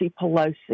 Pelosi